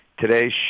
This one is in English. today's